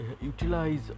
utilize